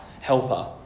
helper